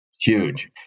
huge